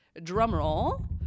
drumroll